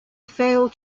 fail